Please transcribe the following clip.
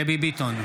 דבי ביטון,